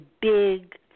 big